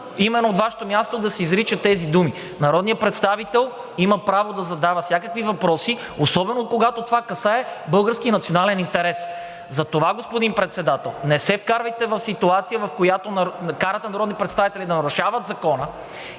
именно от Вашето място да се изричат тези думи! Народният представител има право да задава всякакви въпроси, особено когато това касае българския национален интерес. Затова, господин Председател, не се вкарвайте в ситуация, в която карате народни представители да нарушават закона.